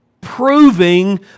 proving